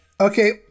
Okay